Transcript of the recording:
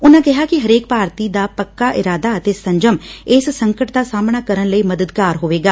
ਉਨ੍ਪਾਂ ਕਿਹਾ ਕਿ ਹਰੇਕ ਭਾਰਤੀ ਨਾਗਰਿਕ ਦਾ ਪੱਕਾ ਇਰਾਦਾ ਅਤੇ ਸੰਜਮ ਇਸ ਸੰਕਟ ਦਾ ਸਾਹਮਣਾ ਕਰਨ ਲਈ ਮਦਦਗਾਰ ਹੋਵੇਗਾ